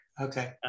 Okay